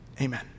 amen